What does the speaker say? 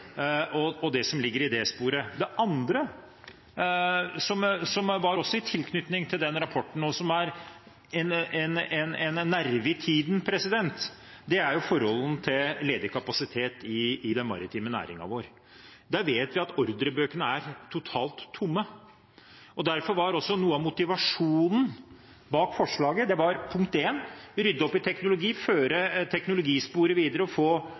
og det som ligger i det sporet. Det andre, som også var i tilknytning til den rapporten, og som er en nerve i tiden, er den ledige kapasiteten i den maritime næringen vår. Der vet vi at ordrebøkene er totalt tomme. Derfor var også noe av motivasjonen bak forslaget for det første å rydde oppi teknologien, føre teknologisporet videre og få